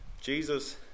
Jesus